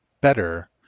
Better